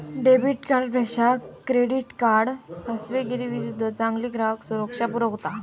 debit कार्डपेक्षा credit card फसवेगिरीविरुद्ध चांगली ग्राहक सुरक्षा पुरवता